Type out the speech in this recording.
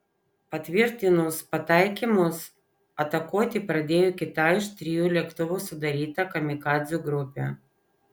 patvirtinus pataikymus atakuoti pradėjo kita iš trijų lėktuvų sudaryta kamikadzių grupė